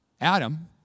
Adam